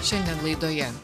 šiandien laidoje